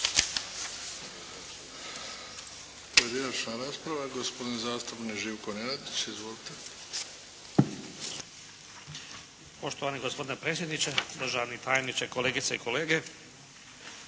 Pojedinačna rasprava gospodin zastupnik Živko Nenadić. Izvolite. **Nenadić, Živko (HDZ)** Poštovani gospodine predsjedniče, državni tajniče, kolegice i kolege.